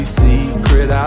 secret